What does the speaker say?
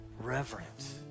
reverent